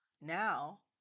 now